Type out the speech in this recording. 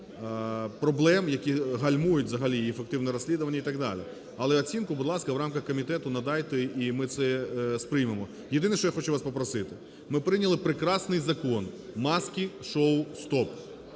проблем, які гальмують взагалі і ефективне розслідування і так далі. Але оцінку, будь ласка, в рамках комітету надайте, і ми це сприймемо. Єдине, що я хочу вас попросити. Ми прийняли прекрасний Закон "маски-шоу – стоп".